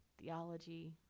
theology